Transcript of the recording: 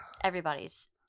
Everybody's